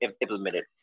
implemented